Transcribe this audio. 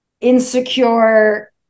insecure